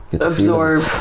Absorb